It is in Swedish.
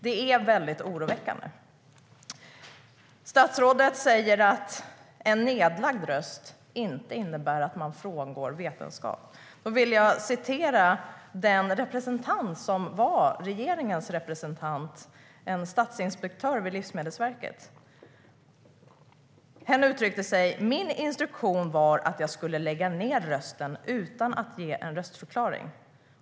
Det är mycket oroväckande. Statsrådet säger att en nedlagd röst inte innebär att man frångår vetenskap. Låt mig återge vad den person som var regeringens representant, en statsinspektör vid Livsmedelsverket, sa. Hen uttryckte sig enligt följande: Min instruktion var att jag skulle lägga ned rösten utan att ge en röstförklaring.